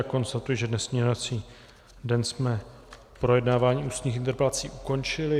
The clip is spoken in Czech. Konstatuji, že dnešní jednací den jsme projednávání ústních interpelací ukončili.